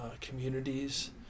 communities